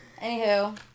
Anywho